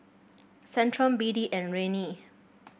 Centrum B D and Rene